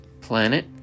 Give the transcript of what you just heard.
planet